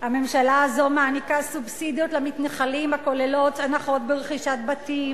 הממשלה הזו מעניקה סובסידיות למתנחלים הכוללות הנחות ברכישת בתים